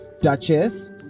Duchess